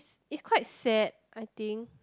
it's quite sad I think